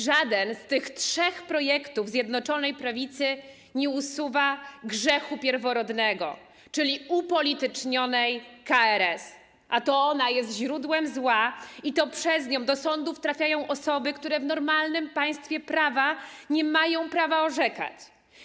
Żaden z tych trzech projektów Zjednoczonej Prawicy nie usuwa grzechu pierworodnego, czyli upolitycznionej KRS, a to ona jest źródłem zła i to przez nią do sądów trafiają osoby, które w normalnym państwie prawa nie mają prawa orzekać.